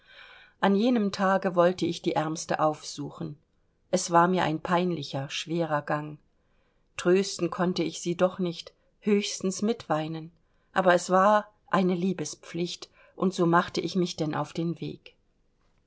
an jenem tage wollte ich die ärmste aufsuchen es war mir ein peinlicher schwerer gang trösten konnte ich sie doch nicht höchstens mitweinen aber es war eine liebespflicht und so machte ich mich denn auf den weg